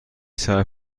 صبر